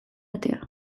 atea